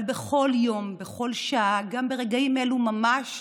אבל בכל יום, בכל שעה, גם ברגעים אלו ממש,